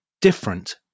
different